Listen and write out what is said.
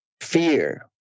fear